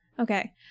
Okay